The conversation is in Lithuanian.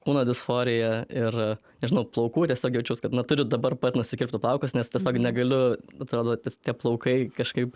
kūno disforija ir nežinau plaukų tiesiog jaučiaus kad na turiu dabar pat nusikirpti plaukus nes tiesiog negaliu atrodo tie plaukai kažkaip